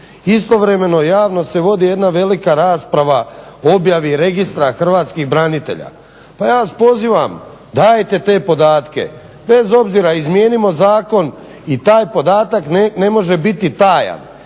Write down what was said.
Istovremeno javno se vodi jedna velika rasprava o objavi registra hrvatskih branitelja. Pa ja vas pozivam dajte te podatke bez obzira, izmijenimo zakon i taj podatak ne može biti tajan.